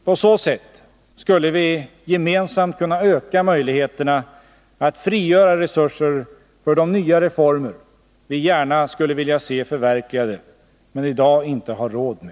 På så sätt skulle vi gemensamt kunna öka möjligheterna att frigöra resurser för de nya reformer som vi gärna skulle vilja se förverkligade men som vi i dag inte har råd med.